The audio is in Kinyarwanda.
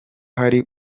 hari